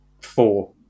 four